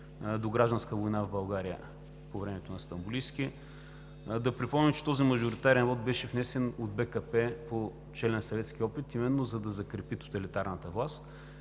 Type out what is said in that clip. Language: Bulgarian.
до гражданска война в България по времето на Стамболийски. Да припомним, че този мажоритарен вот беше внесен от БКП по челния съветски опит, именно за да закрепи тоталитарната власт.